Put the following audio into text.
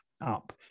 up